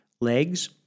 legs